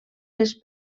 les